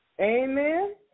Amen